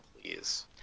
please